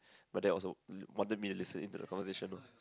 but that also wanted me to listen into the conversation lor